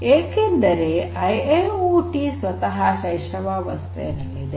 ಏಕೆಂದರೆ ಐಐಓಟಿ ಸ್ವತಃ ಶೈಶವಾವಸ್ಥೆಯಲ್ಲಿದೆ